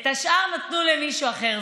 את השאר נתנו למישהו אחר.